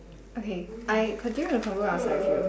okay I continue the convo outside with you